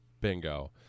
Bingo